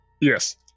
Yes